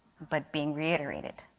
but being reiterated.